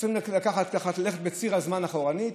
נלך בציר הזמן אחורנית.